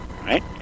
right